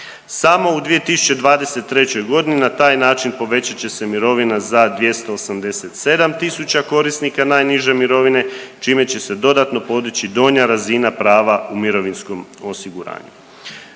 Samo u 2023.g. na taj način povećat će se mirovina za 287.000 korisnika najniže mirovine čime će se dodatno podići donja razina prava u mirovinskom osiguranju.